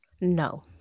no